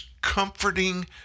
comforting